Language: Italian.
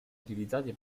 utilizzati